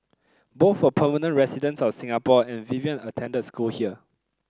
both were permanent residents of Singapore and Vivian attended school here